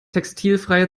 textilfreie